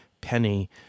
penny